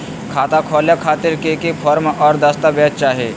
खाता खोले खातिर की की फॉर्म और दस्तावेज चाही?